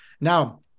Now